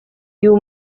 you